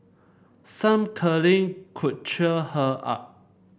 some cuddling could cheer her up